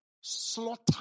slaughter